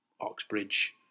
Oxbridge